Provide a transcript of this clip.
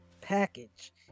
package